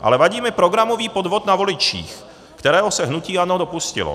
ale vadí mi programový podvod na voličích, kterého se hnutí ANO dopustilo.